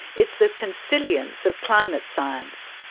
it's the consilience of climate science.